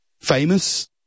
famous